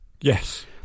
Yes